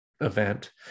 event